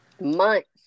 months